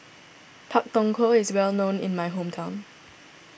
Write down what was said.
Pak Thong Ko is well known in my hometown